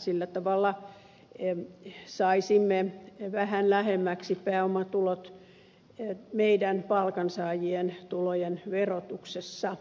sillä tavalla saisimme vähän lähemmäksi pääomatulot meidän palkansaajien tulojen verotusta